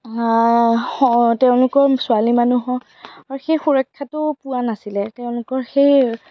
তেওঁলোকৰ ছোৱালী মানুহৰ সেই সুৰক্ষাটো পোৱা নাছিলে তেওঁলোকৰ সেই